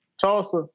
Tulsa